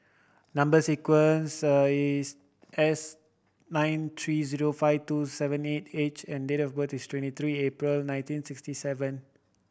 number sequence is S nine three zero five two seven eight H and the date of birth is twenty three April nineteen sixty seven